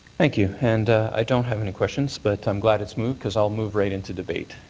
thank you. and i don't have any questions. but i'm glad it's moved because i'll move right into debate.